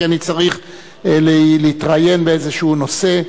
כי אני צריך להתראיין באיזה נושא.